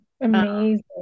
Amazing